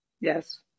Yes